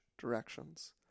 directions